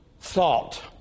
thought